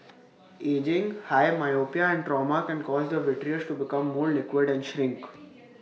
ageing high myopia and trauma can cause the vitreous to become more liquid and shrink